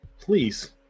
please